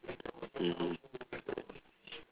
mmhmm correct